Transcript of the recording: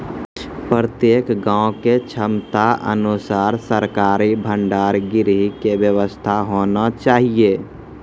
प्रत्येक गाँव के क्षमता अनुसार सरकारी भंडार गृह के व्यवस्था होना चाहिए?